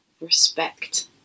respect